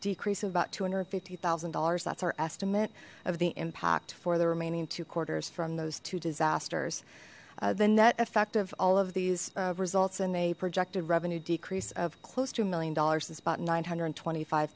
decrease of about two hundred and fifty thousand dollars that's our estimate of the impact for the remaining two quarters from those two disasters the net effect of all of these results in a projected revenue decrease of close to a million dollars to spot nine hundred and twenty five